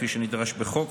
כפי שנדרש בחוק,